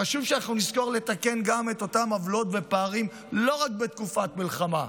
חשוב שאנחנו נזכור לתקן גם את אותן עוולות ופערים לא רק בתקופת מלחמה,